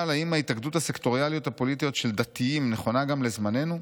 אבל האם ההתאגדות הסקטוריאליות הפוליטיות של 'דתיים' נכונה גם לזמננו?